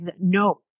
No